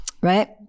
right